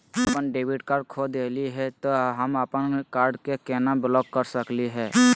हम अपन debit card खो दे ही, त हम अप्पन कार्ड के केना ब्लॉक कर सकली हे?